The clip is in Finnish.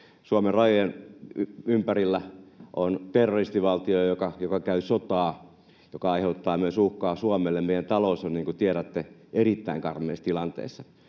Suomen rajojen ympärillä on terroristivaltio, joka käy sotaa ja joka aiheuttaa myös uhkaa Suomelle. Meidän talous on, niin kuin tiedätte, erittäin karmeassa tilanteessa.